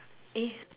eh